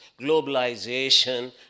globalization